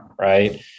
right